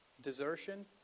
Desertion